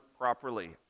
properly